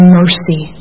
mercy